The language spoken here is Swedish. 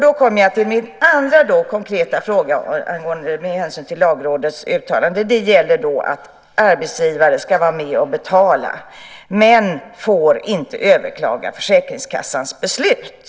Då kommer jag till den andra delen där jag vill ha en kommentar med hänsyn till Lagrådets uttalande. Det gäller detta att arbetsgivare ska vara med och betala, men de får inte överklaga försäkringskassans beslut.